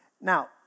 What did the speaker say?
Now